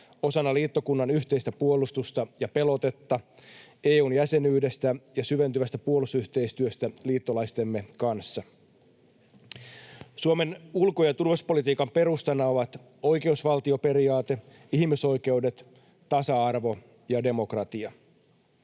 osana liittokunnan yhteistä puolustusta ja pelotetta, EU:n jäsenyydestä ja syventyvästä puolustusyhteistyöstä liittolaistemme kanssa. Suomen ulko- ja turvallisuuspolitiikan perustana ovat oikeusvaltioperiaate, ihmisoikeudet, tasa-arvo ja demokratia.